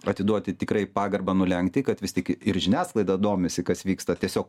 atiduoti tikrai pagarbą nulenkti kad vis tik ir žiniasklaida domisi kas vyksta tiesiog